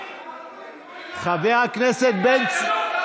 חבר הכנסת בן צור.